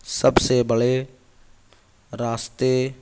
سب سے بڑے راستے